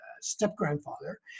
step-grandfather